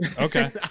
okay